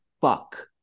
fuck